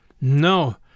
No